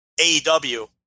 AEW